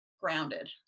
grounded